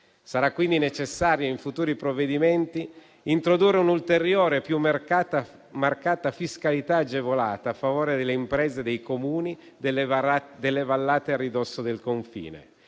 Sarà, quindi, necessaria in futuri provvedimenti introdurre un'ulteriore e più marcata fiscalità agevolata a favore delle imprese dei Comuni delle vallate a ridosso del confine,